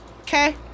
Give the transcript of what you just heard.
okay